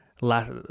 last